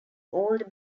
older